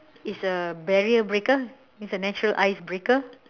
is a barrier breaker is a natural ice breaker